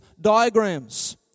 diagrams